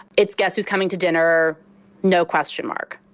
it's guess who's coming to dinner no question mark.